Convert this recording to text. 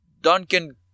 Duncan